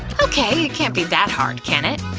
okay, it can't be that hard, can it?